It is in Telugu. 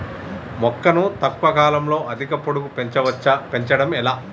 మొక్కను తక్కువ కాలంలో అధిక పొడుగు పెంచవచ్చా పెంచడం ఎలా?